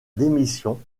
démission